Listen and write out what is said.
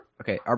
Okay